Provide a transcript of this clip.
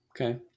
Okay